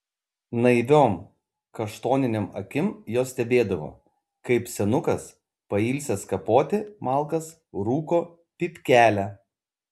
naiviom kaštoninėm akim jos stebėdavo kaip senukas pailsęs kapoti malkas rūko pypkelę